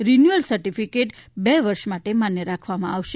renewal certificate બે વર્ષ માટે માન્ય રાખવામાં આવશે